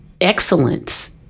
excellence